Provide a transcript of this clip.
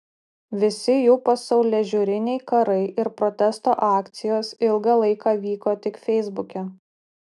visi jų pasaulėžiūriniai karai ir protesto akcijos ilgą laiką vyko tik feisbuke